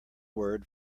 word